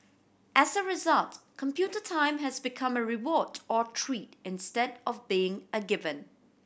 as a result computer time has become a reward or treat instead of being a given